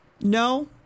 No